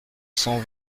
cent